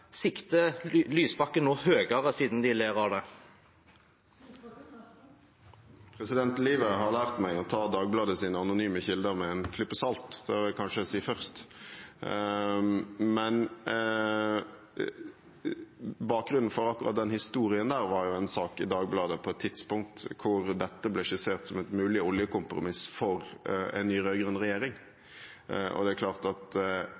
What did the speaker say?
sikter Lysbakken nå høyere siden de ler av det? Livet har lært meg å ta Dagbladets anonyme kilder med en klype salt. Det vil jeg kanskje si først. Bakgrunnen for akkurat den historien var en sak i Dagbladet på et tidspunkt hvor dette ble skissert som et mulig oljekompromiss for en ny rød-grønn regjering. Det er klart at